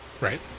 Right